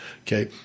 Okay